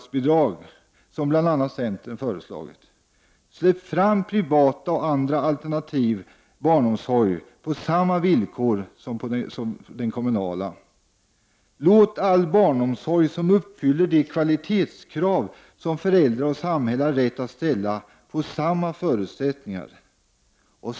— Släpp fram privat och annan alternativ barnomsorg på samma villkor som den kommunala. — Låt all barnomsorg som uppfyller de kvalitetskrav som föräldrar och samhälle har rätt att ställa få samma förutsättningar.